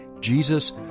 Jesus